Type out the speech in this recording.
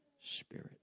spirit